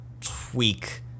tweak